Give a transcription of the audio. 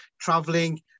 traveling